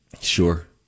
Sure